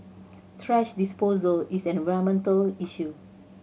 thrash disposal is an environmental issue